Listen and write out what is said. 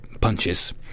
punches